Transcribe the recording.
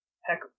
Heck